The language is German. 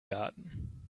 garten